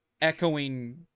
echoing